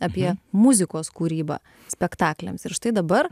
apie muzikos kūrybą spektakliams ir štai dabar